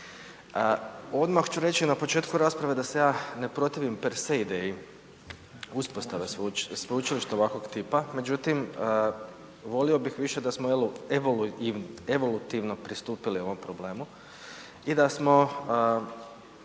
Odmah ću reći na početku rasprave da se ja ne protivim per se ideji uspostave sveučilišta ovakvog tipa. Međutim, volio bi više da smo evolutivno pristupili ovom problemu i da smo